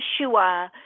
Yeshua